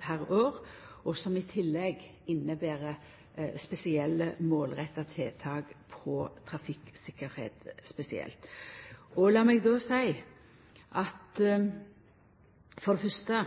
per år – og som i tillegg inneber spesielle målretta tiltak for trafikktryggleik spesielt. Lat meg seia at for det fyrste